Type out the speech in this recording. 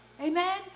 Amen